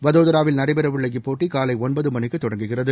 வதோதராவில் நடைபெறவுள்ள இப்போட்டி காலை ஒன்பது மணிக்கு தொடங்குகிறது